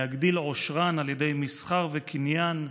להגדיל עושרן על ידי מסחר וקניין.